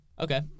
Okay